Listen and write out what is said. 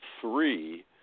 three